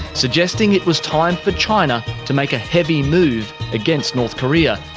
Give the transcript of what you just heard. suggesting it was time for china to make a heavy move against north korea.